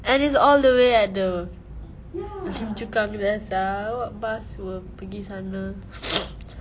and it's all the way at the lim chu kang there sia what bus will pergi sana